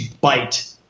bite